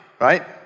right